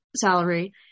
salary